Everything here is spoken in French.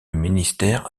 ministère